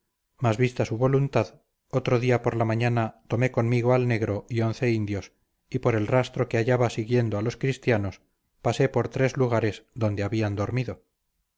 mas vista su voluntad otro día por la mañana tomé conmigo al negro y once indios y por el rastro que hallaba siguiendo a los cristianos pasé por tres lugares donde habían dormido